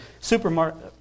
supermarket